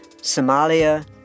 Somalia